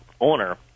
owner